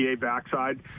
backside